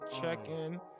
check-in